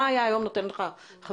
מה היה היום נותן לך חמצן.